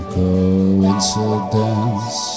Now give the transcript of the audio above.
coincidence